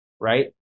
right